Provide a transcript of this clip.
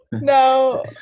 no